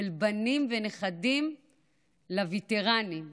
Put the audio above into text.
בנים ונכדים לווטרנים.